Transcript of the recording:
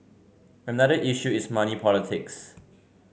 another issue is money politics